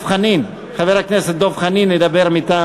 חבר הכנסת דב חנין ידבר מטעם